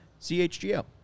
CHGO